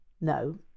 No